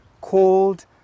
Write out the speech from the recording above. called